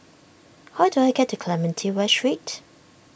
how do I get to Clementi West Street